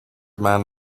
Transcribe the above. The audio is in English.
man